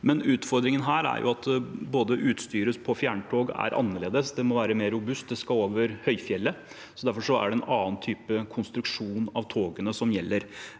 Utfordringen her er at utstyret på fjerntog er annerledes. Det må være mer robust, de togene skal over høyfjellet. Derfor er det en annen type konstruksjon av togene som gjelder.